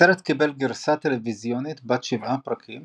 הסרט קיבל גרסה טלוויזיונית בת שבעה פרקים